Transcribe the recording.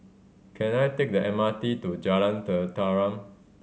can I take the M R T to Jalan Tetaram